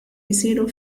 jsiru